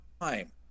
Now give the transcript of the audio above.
time